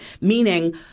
meaning